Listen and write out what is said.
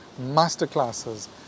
masterclasses